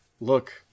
Look